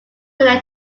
winner